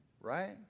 Right